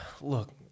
Look